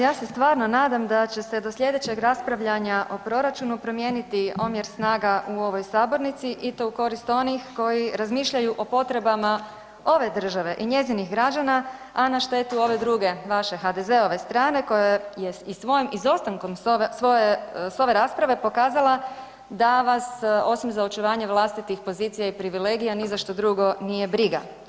Ja se stvarno nadam da će se do sljedećeg raspravljanja o proračunu promijeniti omjer snaga u ovoj sabornici i to u korist onih koji razmišljaju o potrebama ove države i njezinih građana, a na štetu ove druge, vaše HDZ-ove strane koja je i svojim izostankom s ove rasprave pokazala da vas osim za očuvanje vlastitih pozicija i privilegija ni za što drugo nije briga.